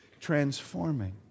Transforming